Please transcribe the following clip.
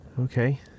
Okay